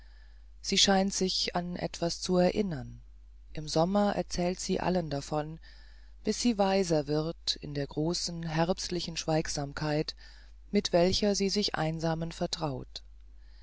sie scheint sich an etwas zu erinnern im sommer erzählt sie allen davon bis sie weiser wird in der großen herbstlichen schweigsamkeit mit welcher sie sich einsamen vertraut